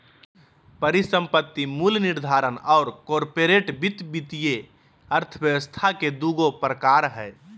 परिसंपत्ति मूल्य निर्धारण और कॉर्पोरेट वित्त वित्तीय अर्थशास्त्र के दू गो प्रकार हइ